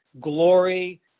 glory